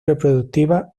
reproductiva